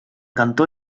cantó